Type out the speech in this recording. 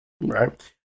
Right